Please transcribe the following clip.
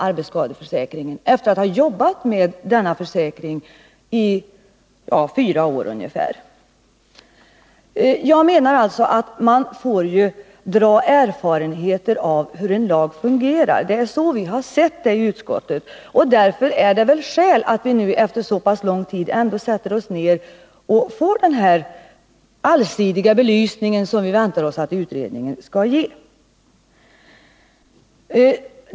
Detta säger jag efter att ha jobbat med försäkringen i ungefär fyra år. Man måste använda erfarenheterna av hur en lag fungerar — det är så vi har sett det i utskottet — och dra slutsatser av dem. Därför är det väl skäl att vi efter så lång tid skaffar oss den allsidiga belysning som vi väntar oss att utredningen skall ge.